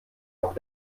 auch